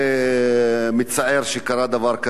מצער שקרה דבר כזה,